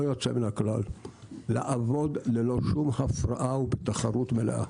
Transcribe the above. יוצא מן הכלל לעבוד ללא שום הפרעה ובתחרות מלאה,